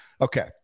Okay